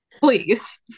Please